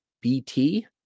BT